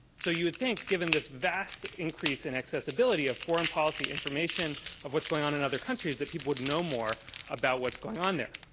so you would think, given this vast increase in accessibility of foreign policy, information, of what's going on in other countries, that people would know more about what's going on there.